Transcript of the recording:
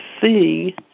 see